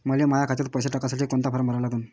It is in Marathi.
मले माह्या खात्यात पैसे टाकासाठी कोंता फारम भरा लागन?